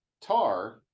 Tar